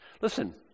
Listen